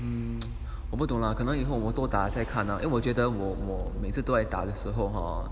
mm 我不懂 lah 可能以后我多打再看咯因为我觉得我可能以后我多打再看咯因为我觉得我 hor